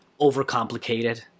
overcomplicated